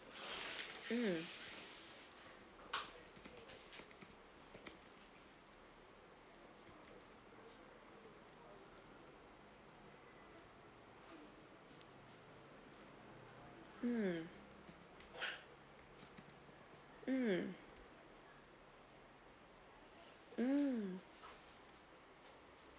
mm mm mm mm